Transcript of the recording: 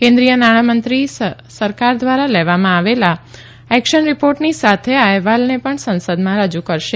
કેન્દ્રિય નાણામંત્રી સરકાર દ્વારા લેવામાં આવેલા એક્શન રીપોર્ટની સાથે આ અહેવાલને પણ સંસદમાં રજૂ કરશે